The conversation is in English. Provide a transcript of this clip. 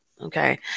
okay